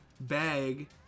bag